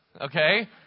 Okay